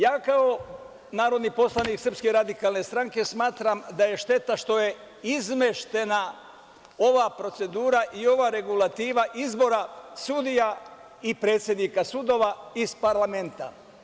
Ja kao narodni poslanik SRS smatram da je šteta što je izmeštena ova procedura i ova regulativa izbora sudija i predsednika sudova iz parlamenta.